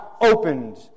opened